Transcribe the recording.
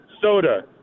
soda